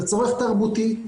זה צורך תרבותי.